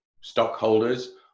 stockholders